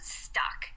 stuck